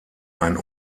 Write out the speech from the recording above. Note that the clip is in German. ein